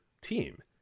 team